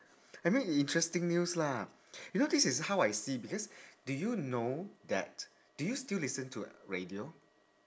I mean interesting news lah you know this is how I see because do you know that do you still listen to radio